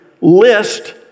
list